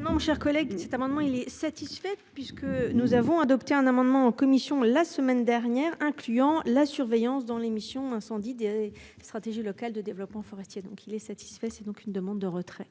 Non, mon cher collègue, cet amendement il est satisfaite, puisque nous avons adopté un amendement en commission la semaine dernière, incluant la surveillance dans l'émission incendie des. Stratégie locales de développement forestier donc il est satisfait. C'est donc une demande de retrait.